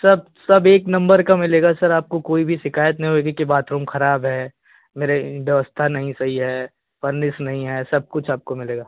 सब सब एक नंबर का मिलेगा सर आपको कोई भी शिकायत नहीं होगी कि बाथरूम ख़राब है मेरी व्यवस्था नहीं सही है फ़र्नीश नहीं है सब कुछ आपको मिलेगा